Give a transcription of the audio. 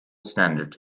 standard